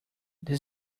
this